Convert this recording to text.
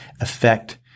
affect